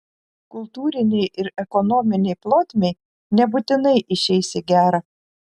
kultūrinei ir ekonominei plotmei nebūtinai išeis į gerą